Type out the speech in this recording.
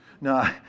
No